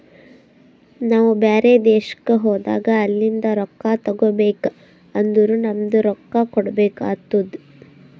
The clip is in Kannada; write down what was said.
ನಾವು ಬ್ಯಾರೆ ದೇಶ್ಕ ಹೋದಾಗ ಅಲಿಂದ್ ರೊಕ್ಕಾ ತಗೋಬೇಕ್ ಅಂದುರ್ ನಮ್ದು ರೊಕ್ಕಾ ಕೊಡ್ಬೇಕು ಆತ್ತುದ್